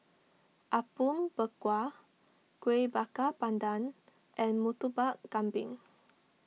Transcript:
Apom Berkuah Kueh Bakar Pandan and Murtabak Kambing